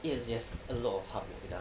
think it was just a lot of hard work to be done